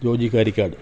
Joji Karikkad